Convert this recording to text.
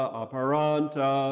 aparanta